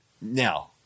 now